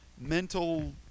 mental